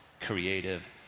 creative